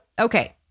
okay